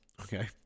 Okay